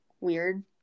weird